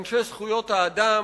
אנשי זכויות האדם,